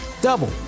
double